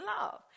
love